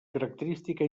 característica